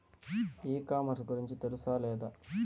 ఈ కామర్స్ గురించి తెలుసా లేదా?